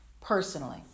Personally